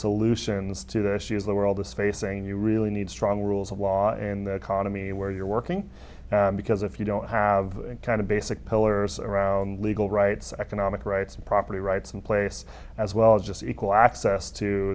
solutions to the issues the world is facing you really need strong rules of law in the economy where you're working because if you don't have kind of basic pillars around legal rights economic rights and property rights in place as well as just equal access to